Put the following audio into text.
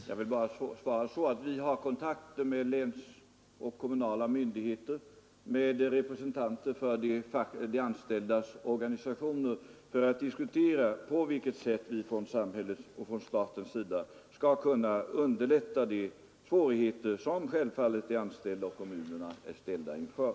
Herr talman! Jag vill bara svara att vi har haft kontakter med länsmyndigheter, kommunala myndigheter och represenanter för de anställdas organisationer för att diskutera på vilket sätt samhället och staten skall kunna undanröja de svårigheter som de anställda och kommunerna självfallet är ställda inför.